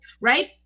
right